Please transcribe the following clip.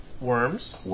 worms